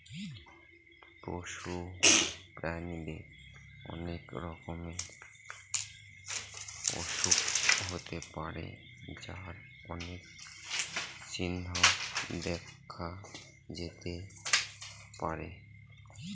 পশু প্রাণীদের অনেক রকমের অসুখ হতে পারে যার অনেক চিহ্ন দেখা যেতে পারে